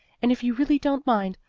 and if you really don't mind,